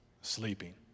Sleeping